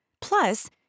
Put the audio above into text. Plus